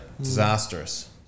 disastrous